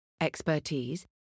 expertise